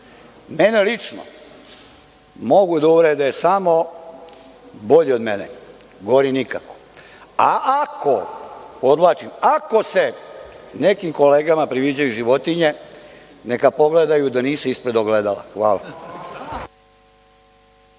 Mene lično mogu da uvrede samo bolji od mene, gori nikad. Ako, podvlačim – ako se nekim kolegama priviđaju životinje neka pogledaju da nisu ispred ogledala. Hvala.